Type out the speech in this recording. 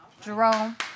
Jerome